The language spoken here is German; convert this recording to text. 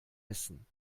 essen